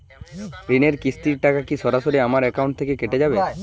ঋণের কিস্তির টাকা কি সরাসরি আমার অ্যাকাউন্ট থেকে কেটে যাবে?